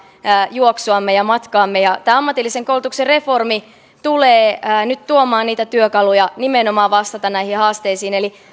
juoksuamme ja matkaamme ja tämä ammatillisen koulutuksen reformi tulee nyt tuomaan niitä työkaluja nimenomaan vastata näihin haasteisiin eli